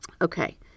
Okay